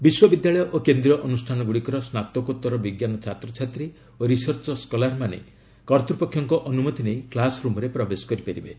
ବିଶ୍ୱବିଦ୍ୟାଳୟ ଓ କେନ୍ଦ୍ରୀୟ ଅନୁଷାନଗୁଡ଼ିକର ସ୍ନାତକୋତ୍ତର ବିଜ୍ଞାନ ଛାତ୍ରଛାତ୍ରୀ ଓ ରିସର୍ଚ୍ଚ ସ୍କଲାର୍ମାନେ କର୍ତ୍ତପକ୍ଷଙ୍କ ଅନ୍ତମତି ନେଇ କ୍ୱାସ୍ ରୁମ୍ରେ ପ୍ରବେଶ କରିପାରିବେ